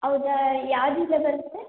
ಹೌದಾ ಯಾವುದ್ರಿಂದ ಬರುತ್ತೆ